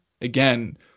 again